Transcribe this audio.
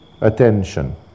attention